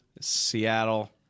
Seattle